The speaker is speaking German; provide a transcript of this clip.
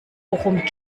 worum